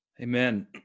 Amen